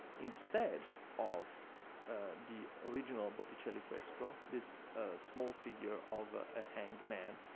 instead of the original botticelli fresco, this small figure of a ah hanged man